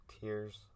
Tears